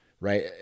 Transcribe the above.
right